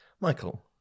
Michael